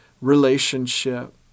relationship